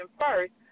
first